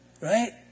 right